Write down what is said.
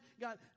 God